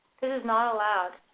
this is not allowed.